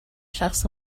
شخص